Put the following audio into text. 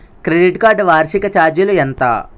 Credit card వార్షిక ఛార్జీలు ఎంత?